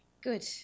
good